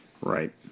Right